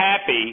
happy